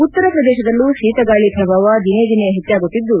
ಉತ್ತರ ಪ್ರದೇಶದಲ್ಲೂ ಶೀತಗಾಳಿ ಪ್ರಭಾವ ದಿನೇದಿನೆ ಹೆಚ್ಚಾಗುತ್ತಿದ್ದು